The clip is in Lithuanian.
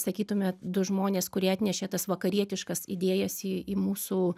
sakytumėt du žmonės kurie atnešė tas vakarietiškas idėjas į į mūsų